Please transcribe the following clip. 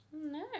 No